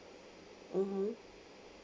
mmhmm